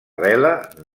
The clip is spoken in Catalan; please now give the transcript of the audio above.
vela